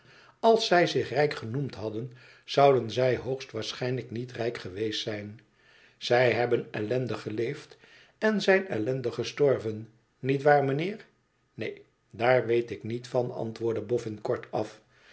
als zij zich rijk genoemd hadden zouden zij hoogst waarschijnlijk niet rijk geweest zijn zij hebben ellendig geleefd en zijn ellendig gestorven nietwaar mijnheer neen daar weet ik niet van antwoordde boffin kortaf